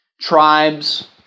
tribes